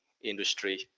industry